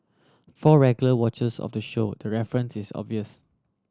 for regular watchers of the show the reference is obvious